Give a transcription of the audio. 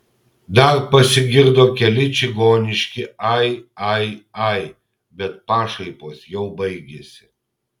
dar pasigirdo keli čigoniški ai ai ai bet pašaipos jau baigėsi